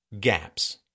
gaps